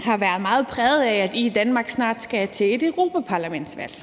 har været meget præget af, at man i Danmark snart skal til et europaparlamentsvalg;